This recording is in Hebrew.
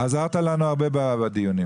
עזרת לנו הרבה בדיונים.